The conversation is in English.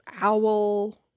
owl